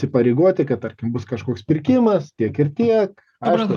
įsipareigoti kad tarkim bus kažkoks pirkimas tiek ir tiek aišku